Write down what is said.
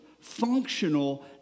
functional